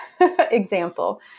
example